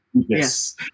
Yes